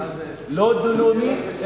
לא דו-לאומית?